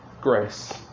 grace